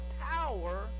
power